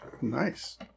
Nice